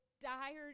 dire